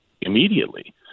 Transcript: immediately